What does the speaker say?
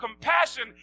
compassion